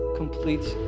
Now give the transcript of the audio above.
completes